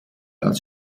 als